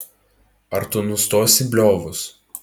ar tu nustosi bliovus